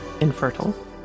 infertile